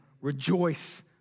rejoice